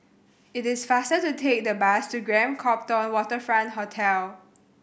it is faster to take the bus to Grand Copthorne Waterfront Hotel